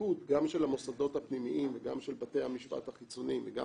התפקוד גם של המוסדות הפנימיים וגם של בתי המשפט החיצוניים וגם